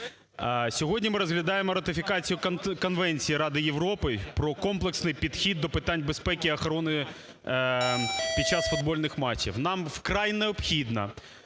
Сьогодні ми розглядаємо ратифікацію Конвенції Ради Європи про комплексний підхід до питань безпеки і охорони під час футбольних матчів. Нам вкрай необхідно